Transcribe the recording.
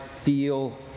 feel